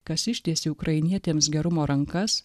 kas ištiesė ukrainietėms gerumo rankas